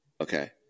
okay